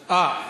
אה,